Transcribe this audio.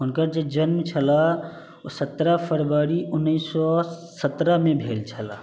हुनकर जे जन्म छलै ओ सतरह फरवरी उनैस सओ सतरहमे भेल छलै